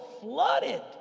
flooded